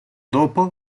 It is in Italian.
dopo